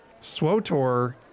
Swotor